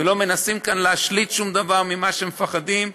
ולא מנסים להשליט כאן שום דבר ממה שמפחדים.